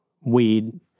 weed